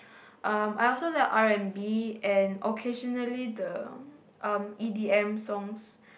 um I also like R-and-B and occasionally the um E_D_M songs